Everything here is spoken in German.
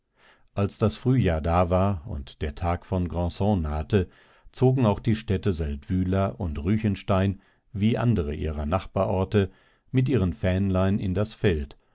als das frühjahr da war und der tag von grandson nahte zogen auch die städte seldwyla und ruechenstein wie andere ihrer nachbarorte mit ihren fähnlein in das feld